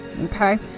okay